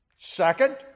Second